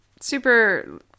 super